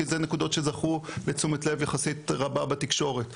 כי זה נקודות שזכו לתשומת לב יחסית רבה בתקשורת,